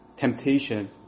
temptation